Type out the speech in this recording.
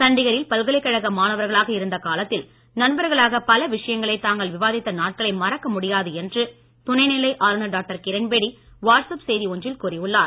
சண்டிகரில் பல்கலைக்கழக மாணவர்களாக இருந்த காலத்தில் நண்பர்களாகப் பல விஷயங்களை தாங்கள் விவாதித்த நாட்களை மறக்க முடியாது என்று துணைநிலை ஆளுநர் டாக்டர் கிரண்பேடி வாட்ஸ் அப் செய்தி ஒன்றில் கூறியுள்ளார்